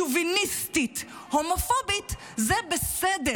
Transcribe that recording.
שוביניסטית והומופובית זה בסדר.